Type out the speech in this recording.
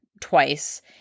twice